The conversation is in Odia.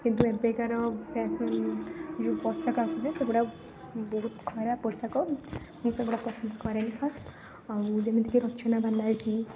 କିନ୍ତୁ ଏବେକାର ଫ୍ୟାଶନ୍ ଯେଉଁ ପୋଷାକ ଆସୁଛି ସେଗୁଡ଼ାକ ବହୁତ ଖରାପ ପୋଷାକ ମୁଁ ସେଗୁଡ଼ା ପସନ୍ଦ କରେ ନି ଫାର୍ଷ୍ଟ ଆଉ ଯେମିତି କି ରଚନା ବାର୍ନାଜୀ